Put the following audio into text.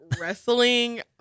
wrestling